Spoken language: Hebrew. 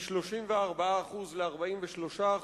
מ-34% ל-43%.